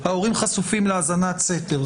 אז ההורים חשופים להאזנת סתר.